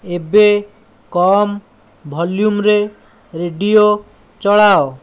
ଏବେ କମ୍ ଭଲ୍ୟୁମ୍ରେ ରେଡ଼ିଓ ଚଳାଅ